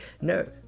no